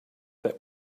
that